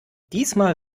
diesmal